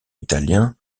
italien